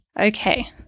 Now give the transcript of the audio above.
Okay